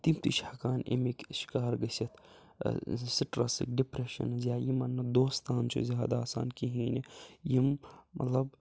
تِم تہِ چھِ ہٮ۪کان اَمِکۍ شِکار گٔژھِتھ سٹرٛسٕکۍ ڈِپریشَن یا یِمَن نہٕ دوستان چھُ زیادٕ آسان کِہیٖنۍ یِم مطلب